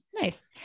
nice